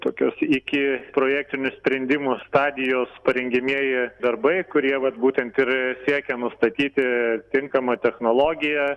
tokios iki projektinių sprendimų stadijos parengiamieji darbai kurie vat būtent ir siekia nustatyti tinkamą technologiją